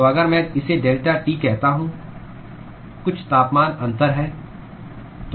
तो अगर मैं इसे डेल्टा T कहता हूं कुछ तापमान अंतर है